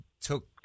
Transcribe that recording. took